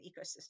ecosystem